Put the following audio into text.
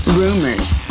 rumors